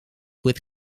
with